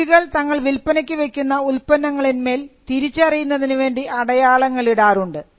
ശിൽപ്പികൾ തങ്ങൾ വില്പനയ്ക്ക് വയ്ക്കുന്ന ഉൽപന്നങ്ങളിൻ്മേൽ തിരിച്ചറിയുന്നതിനു വേണ്ടി അടയാളങ്ങൾ ഇടാറുണ്ട്